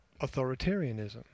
authoritarianism